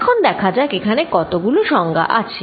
এখন দেখা যাক এখানে কতগুলো সংজ্ঞা আছে